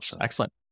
Excellent